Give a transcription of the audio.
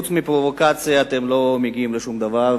חוץ מפרובוקציה אתם לא מגיעים לשום דבר.